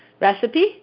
recipe